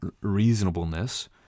reasonableness